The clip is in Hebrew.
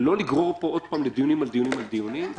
ולא לגרור פה עוד פעם דיונים על דיונים על דיונים ולשים את זה בקנה.